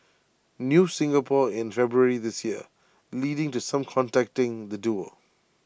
news Singapore in February this year leading to some contacting the duo